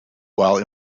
while